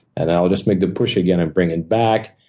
and i will just make the push again and bring it back,